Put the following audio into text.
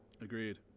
Agreed